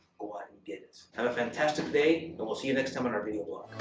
go out and get it. have a fantastic day, and we'll see you next time on our video blog.